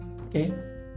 okay